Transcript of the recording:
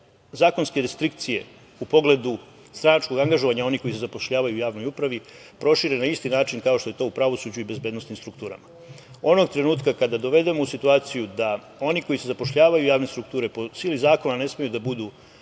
zakonske restrikcije u pogledu stranačkog angažovanja onih koji se zapošljavaju u javnoj upravi prošire na isti način kao što je to u pravosuđu i bezbednosnim strukturama. Onog trenutka kada dovedemo u situaciju da oni koji se zapošljavaju u javne strukture po sili zakona ne smeju da budu